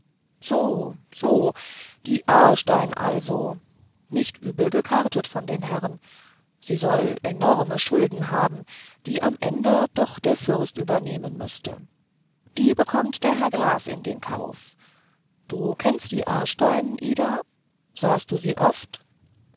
so so die aarstein also nicht übel gekartet von den herren sie soll enorme schulden haben die am ende doch der fürst übernehmen müßte die bekommt der herr graf in den kauf du kennst die aarstein ida sahst du sie oft